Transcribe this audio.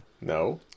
No